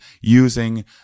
using